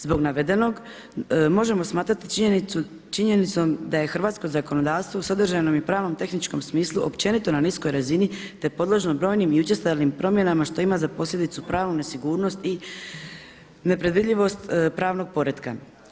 Zbog navedenog možemo smatrati činjenicom da je hrvatsko zakonodavstvo u sadržajnom i pravnom tehničkom smislu općenito na niskoj razini, te podložno brojnim i učestalim promjenama što ima za posljedicu pravu nesigurnost i predvidljivost pravnog poretka.